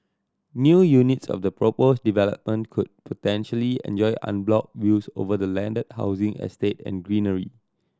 new units of the proposed development could potentially enjoy unblocked views over the landed housing estate and greenery